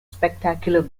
spectacular